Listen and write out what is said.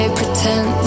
pretend